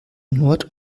nord